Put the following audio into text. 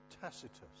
Tacitus